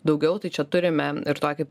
daugiau tai čia turime ir tokį